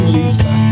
Lisa